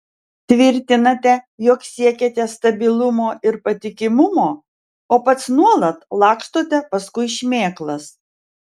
tvirtinate jog siekiate stabilumo ir patikimumo o pats nuolat lakstote paskui šmėklas